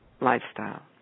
lifestyle